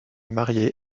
marier